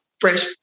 fresh